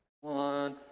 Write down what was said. One